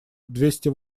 двести